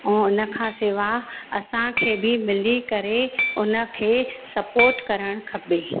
ऐं उन खां सवाइ असांखे बि मिली करे उन खे सपोर्ट करणु खपे